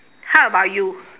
how about you